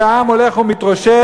והעם הולך ומתרושש,